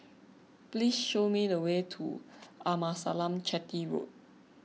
please show me the way to Amasalam Chetty Road